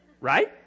right